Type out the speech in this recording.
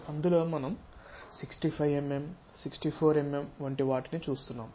so అందులో మనం 65 mm 64 mm వంటి వాటిని చూస్తున్నాం